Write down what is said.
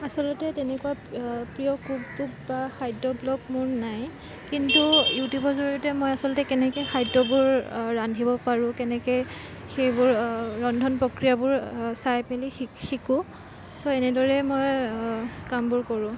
আচলতে তেনেকুৱা প্ৰিয় কুক বুক বা খাদ্য ব্লগ মোৰ নাই কিন্তু ইউটিউবৰ জৰিয়তে মই আচলতে কেনেকৈ খাদ্যবোৰ ৰান্ধিব পাৰো কেনেকৈ সেইবোৰ ৰন্ধন প্ৰক্ৰিয়াবোৰ চাই পেলাই শি শিকো ছ' এনেদৰে মই কামবোৰ কৰোঁ